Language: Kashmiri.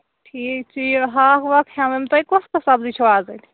ٹھیٖک ٹھیٖک ہاکھ واکھ ہیٚوَن تۄہہِ کۄس کۄس سَبزۍ چھَو اَز اَتہِ